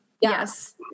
Yes